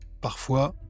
parfois